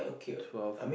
twelve